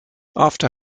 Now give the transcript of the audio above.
after